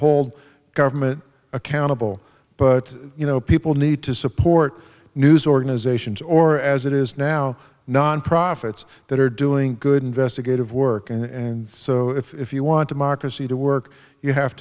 hold government accountable but you know people need to support news organizations or as it is now non profits that are doing good investigative work and so if you want to mock proceed to work you have